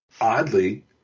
oddly